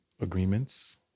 agreements